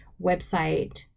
website